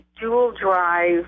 dual-drive